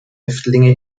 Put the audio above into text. häftlinge